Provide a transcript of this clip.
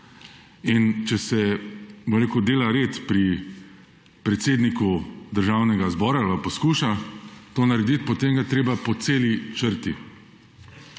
In če se, bom rekel, dela red pri predsedniku Državnega zbora ali pa poskuša to narediti, potem ga je treba po celi črti.